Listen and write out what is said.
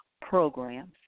programs